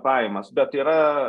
pajamas bet yra